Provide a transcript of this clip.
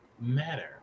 matter